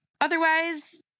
Otherwise